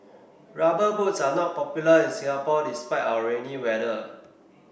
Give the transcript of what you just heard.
rubber boots are not popular in Singapore despite our rainy weather